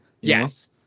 Yes